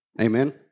Amen